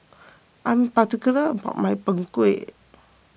I am particular about my Png Kueh